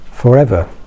Forever